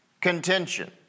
contention